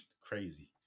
crazy